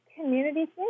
community